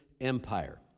Empire